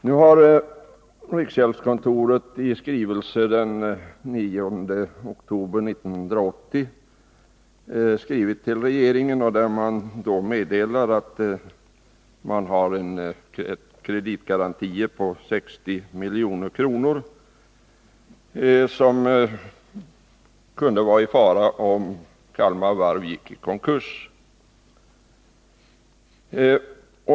Nu har riksgäldskontoret i en skrivelse den 9 oktober 1980 meddelat att man har kreditgarantier på 60 milj.kr. som kunde vara i fara om Kalmar Varv gick i konkurs.